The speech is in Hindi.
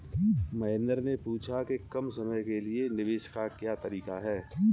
महेन्द्र ने पूछा कि कम समय के लिए निवेश का क्या तरीका है?